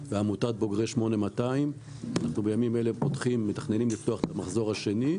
ועמותת בוגרי 8200. בימים אלה אנחנו מתכננים לפתוח את המחזור השני.